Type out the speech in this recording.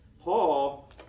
Paul